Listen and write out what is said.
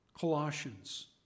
Colossians